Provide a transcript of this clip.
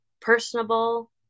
personable